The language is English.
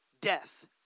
death